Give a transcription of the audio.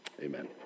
Amen